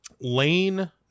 lane